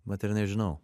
vat ir nežinau